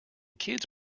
kids